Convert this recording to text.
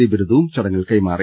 D ബിരുദവും ചടങ്ങിൽ കൈമാറി